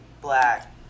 black